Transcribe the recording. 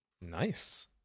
Nice